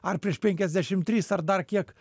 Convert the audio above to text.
ar prieš penkiasdešimt tris ar dar kiek